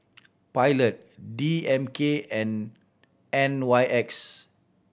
Pilot D M K and N Y X